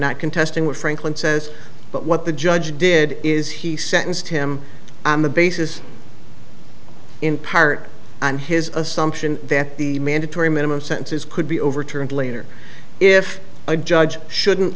not contesting what franklin says but what the judge did is he sentenced him on the basis in part on his assumption that the mandatory minimum sentences could be overturned later if a judge shouldn't